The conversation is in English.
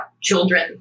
children